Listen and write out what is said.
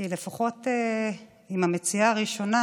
כי לפחות המציעה הראשונה,